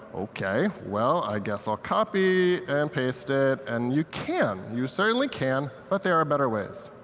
ok, well, i guess i'll copy and paste it. and you can, you certainly can. but there are better ways.